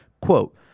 quote